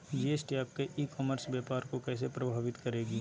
GST आपके e commerce व्यापार को कैसे प्रभावित करेगी?